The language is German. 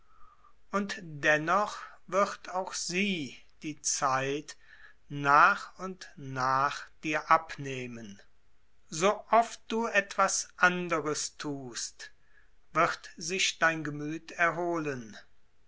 und dennoch wird auch sie die zeit nach und nach dir abnehmen so oft du etwas anderes thust wird sich dein gemüth erholen